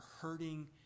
hurting